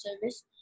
service